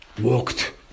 walked